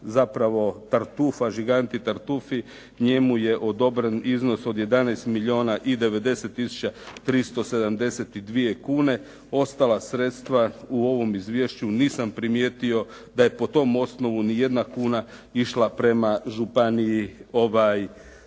tartufa, Zigante Tartufi, njemu je odobren iznos od 11 milijuna i 90 tisuća 372 kuna, ostala sredstva u ovom izvješću nisam primijetio da je po tom osnovu ni jedna kuna išla prema Županiji